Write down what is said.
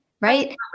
Right